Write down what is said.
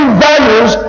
values